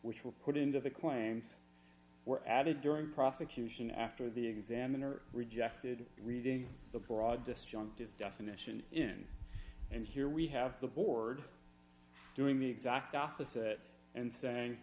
which will put into the claims were added during prosecution after the examiner rejected reading the broad disjunctive definition in and here we have the board doing the exact opposite and saying